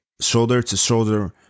shoulder-to-shoulder